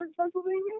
Pennsylvania